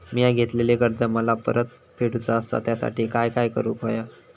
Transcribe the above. मिया घेतलेले कर्ज मला परत फेडूचा असा त्यासाठी काय काय करून होया?